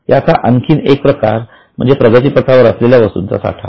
याचा आणखीन एक प्रकार म्हणजे प्रगतीपथावर असलेल्या वस्तूंचा साठा